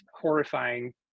horrifying